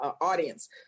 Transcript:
audience